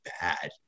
bad